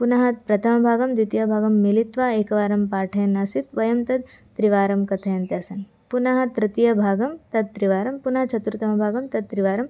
पुनः प्रथमभागं द्वितीयभागं मिलित्वा एकवारं पाठयन्नासीत् वयं तत् त्रिवारं कथयन्त्यासन् पुनः तृतीयभागं तत्त्रिवारं पुनः चतुर्थं भागं तत्त्रिवारम्